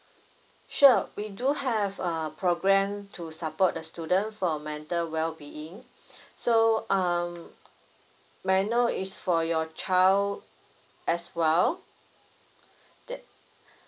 sure we do have a program to support the student for mental well being so um may I know is for your child as well that